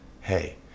Hey